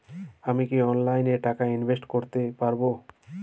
আমি কি অনলাইনে টাকা ইনভেস্ট করতে পারবো?